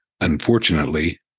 Unfortunately